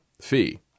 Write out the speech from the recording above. fee